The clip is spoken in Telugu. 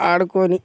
ఆడుకొని